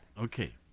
Okay